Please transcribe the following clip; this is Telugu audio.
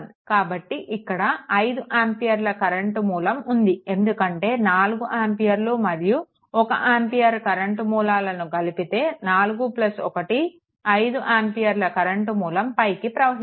కాబట్టి ఇక్కడ 5 ఆంపియర్ల కరెంట్ మూలం ఉంది ఎందుకంటే 4 ఆంపియర్లు మరియు 1 ఆంపియర్ కరెంట్ మూలాలను కలిపితే 41 5 ఆంపియర్ల కరెంట్ మూలం పైకి ప్రవహిస్తుంది